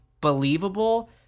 believable